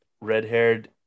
red-haired